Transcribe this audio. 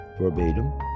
verbatim